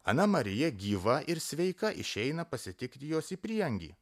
ana marija gyva ir sveika išeina pasitikti jos į prieangį